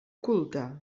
culte